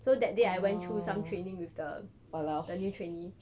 so that day I went through some training with the the new trainee